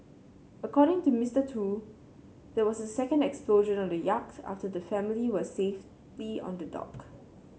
according to Mister Tu there was a second explosion on the yacht after the family were safely on the dock